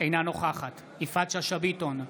אינה נוכחת יפעת שאשא ביטון,